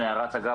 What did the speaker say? הערה אגב,